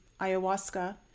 Ayahuasca